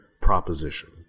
proposition